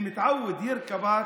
(אומר בערבית: מי שמורגל לרכוב עליך,